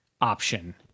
option